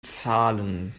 zahlen